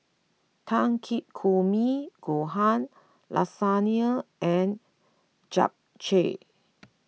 Takikomi Gohan Lasagne and Japchae